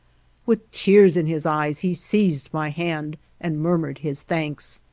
with tears in his eyes, he seized my hand and murmured his thanks.